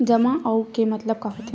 जमा आऊ के मतलब का होथे?